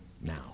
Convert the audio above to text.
now